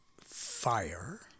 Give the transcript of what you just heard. fire